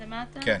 למטה,